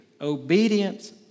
Obedience